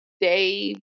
day